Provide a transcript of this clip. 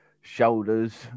shoulders